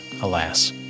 alas